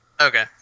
Okay